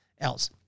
else